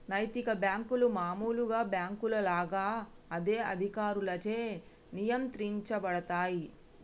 నైతిక బ్యేంకులు మామూలు బ్యేంకుల లాగా అదే అధికారులచే నియంత్రించబడతయ్